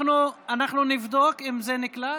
(תיקון,